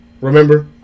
Remember